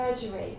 surgery